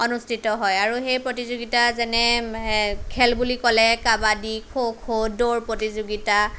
অনুস্থিত হয় আৰু সেই প্ৰতিযোগিতা যেনে খেল বুলি ক'লে কাবাডি খ' খ' দৌৰ প্ৰতিযোগিতা